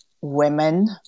women